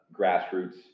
grassroots